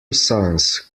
sons